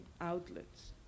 outlets